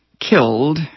killed